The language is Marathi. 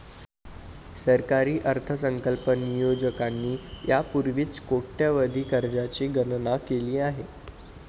सरकारी अर्थसंकल्प नियोजकांनी यापूर्वीच कोट्यवधी कर्जांची गणना केली आहे